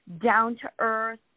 down-to-earth